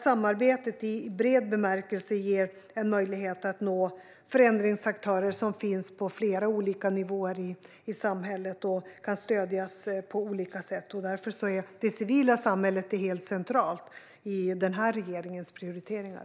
Samarbetet i bred bemärkelse ger en möjlighet att nå förändringsaktörer på flera olika nivåer i samhället som kan stödjas på olika sätt. Därför är det civila samhället helt centralt i den här regeringens prioriteringar.